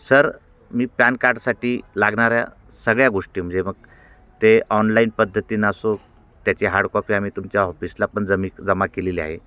sir मी PAN कार्डसाठी लागणाऱ्या सगळ्या गोष्टी म्हणजे मग ते ऑनलाईन पद्धतीने असो त्याची हार्डकॉपी आम्ही तुमच्या ऑफिसला पण जमा जमा केलेली आहे